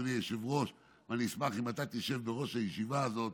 אדוני היושב-ראש אשמח אם אתה תשב בראש הישיבה הזאת,